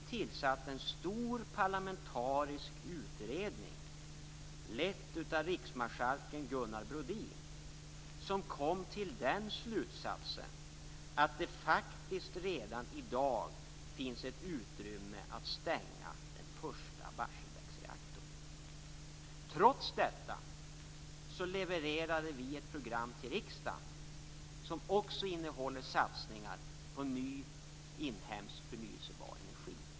Vi tillsatte en stor parlamentarisk utredning. Den leddes av riksmarskalken Gunnar Brodin. Utredningen kom fram till den slutsatsen att det faktiskt redan i dag finns utrymme för att stänga den första reaktorn i Barsebäck. Trots detta levererade vi ett program till riksdagen som också innehåller satsningar på ny inhemsk förnybar energi.